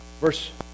Verse